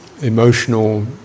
emotional